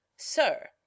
sir